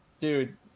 dude